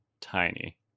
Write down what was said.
tiny